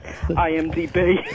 IMDb